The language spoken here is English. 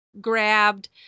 grabbed